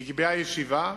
נקבעה ישיבה,